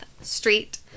Street